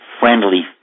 friendly